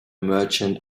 merchant